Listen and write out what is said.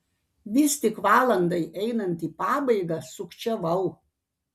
vis tik valandai einant į pabaigą sukčiavau